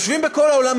יושבים בכל העולם,